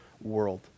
world